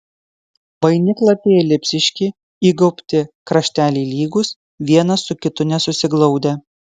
vainiklapiai elipsiški įgaubti krašteliai lygūs vienas su kitu nesusiglaudę